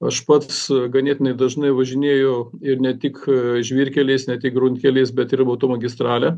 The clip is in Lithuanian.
aš pats ganėtinai dažnai važinėju ir ne tik žvyrkeliais ne tik gruntkeliais bet ir automagistrale